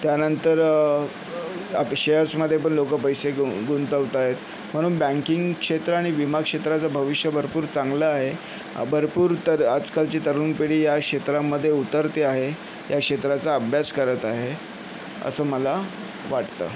त्यानंतर आता शेअर्समध्ये पण लोकं पैसे गुन गुंतवत आहेत म्हणून बँकिंग क्षेत्र आणि विमा क्षेत्राचं भविष्य भरपूर चांगलं आहे भरपूर तर आजकालची तरुण पिढी या क्षेत्रामध्ये उतरते आहे या क्षेत्राचा अभ्यास करत आहे असं मला वाटतं